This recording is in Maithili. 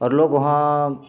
आओर लोग वहाँ